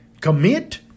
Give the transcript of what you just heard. Commit